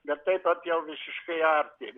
bet taip vat jau visiškai arti